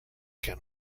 can